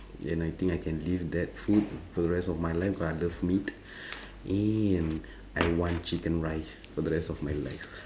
and I think I can live that food for the rest of my life cause I love meat and I want chicken rice for the rest of my life